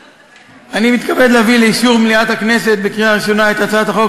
אני מתכבד להביא לאישור מליאת הכנסת בקריאה ראשונה את הצעת חוק